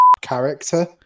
character